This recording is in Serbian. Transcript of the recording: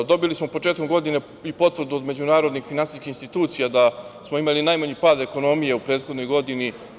Dobili smo početkom godine i potvrdu od međunarodnih finansijskih institucija da smo imali najmanji pad ekonomije u prethodnoj godini.